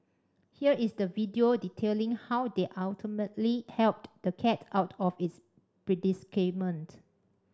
here is the video detailing how they ultimately helped the cat out of its predicament